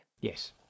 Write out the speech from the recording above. Yes